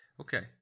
okay